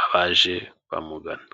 abaje bamugana.